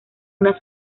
una